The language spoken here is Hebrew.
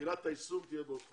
שתחילת היישום תהיה בעוד חודש.